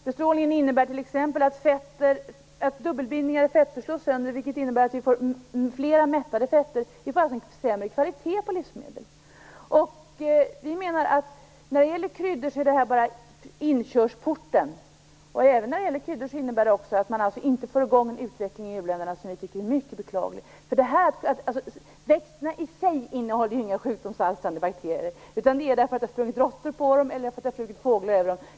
Bestrålningen innebär t.ex. att dubbelbindningar i fetter slås sönder, vilket i sin tur innebär att vi får fler mättade fetter. Vi får alltså en sämre kvalitet på livsmedlen. Vi menar att bestrålning av kryddor bara är inkörsporten. Det innebär också att det inte kommer i gång en utveckling av kryddhanteringen i u-länderna. Det tycker vi är mycket beklagligt. Växterna i sig innehåller ju inga sjukdomsalstrande bakterier, utan det beror på att det har sprungit råttor på dem eller flugit fåglar över dem.